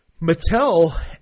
Mattel –